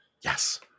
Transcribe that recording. Yes